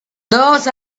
those